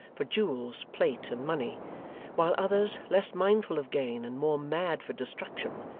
for jewels, plate, and money while others, less mindful of gain and more mad for destruction,